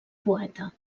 poeta